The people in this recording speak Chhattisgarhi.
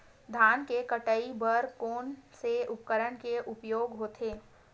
धान के कटाई बर कोन से उपकरण के उपयोग होथे?